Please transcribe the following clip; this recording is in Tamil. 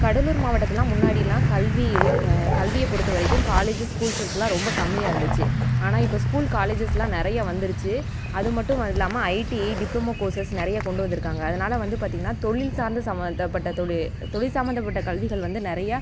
கடலூர் மாவட்டத்துலேலலாம் முன்னாடியெலாம் கல்வி கல்வியை பொறுத்த வரைக்கும் காலேஜ் ஸ்கூல்ஸ்லாம் ரொம்ப கம்மியாக இருந்துச்சு ஆனால் இப்போ ஸ்கூல் காலேஜஸ்லாம் நிறைய வந்துருச்சு அது மட்டும் இல்லாமல் ஐடிஐ டிப்ளமோ கோர்சஸ் நிறைய கொண்டு வந்துருக்காங்க அதனால் வந்து பார்த்திங்கன்னா தொழில் சார்ந்த சம்மந்தப்பட்ட தொழில் சம்மந்தப்பட்ட கல்விகள் வந்து நிறையா